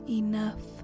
enough